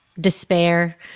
despair